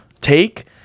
take